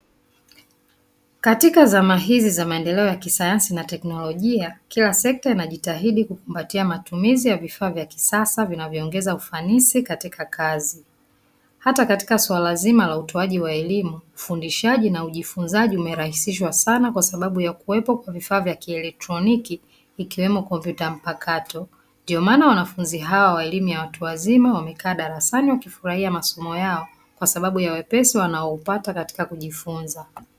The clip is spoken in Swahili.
Katika zama hizi za maendeleo ya kisayansi na kiteknolojia, kila sekta inajitahidi kukumbatia matumizi ya kisasa vinavyoongeza ufanisi katika kazi, hata katika swala zima la utoaji wa elimu ufundishaji na ujifunzaji umerahisishwa sanaa kwa sababu ya kuwepo kwa vifaa vya kielektroniki ikiwemo kompyuta mpakato, ndio maana wanafunzi hawa wa elimu ya watu wazima wamekaa darasani wakifurahia masomo yao kwasababu ya wepesiwanao upata katika kujifunza.